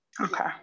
Okay